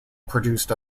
produced